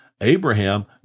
Abraham